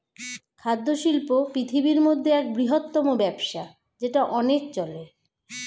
খাদ্য শিল্প পৃথিবীর মধ্যে এক বৃহত্তম ব্যবসা যেটা অনেক চলে